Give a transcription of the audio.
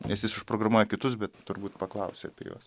nes jis užprogramuoja kitus bet turbūt paklausi apie juos